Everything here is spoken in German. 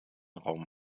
raum